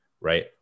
right